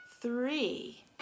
three